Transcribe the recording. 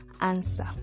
answer